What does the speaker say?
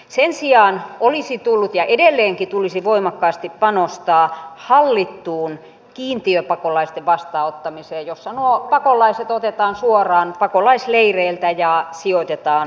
sen sijaan olisi tullut ja edelleenkin tulisi voimakkaasti panostaa hallittuun kiintiöpakolaisten vastaanottamiseen jossa nuo pakolaiset otetaan suoraan pakolaisleireiltä ja sijoitetaan kuntiin